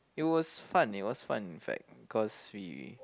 it was fun it was fun in fact cause we